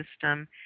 system